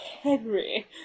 Henry